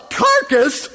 carcass